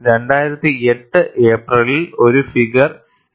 2008 ഏപ്രിലിൽ ഒരു figure A4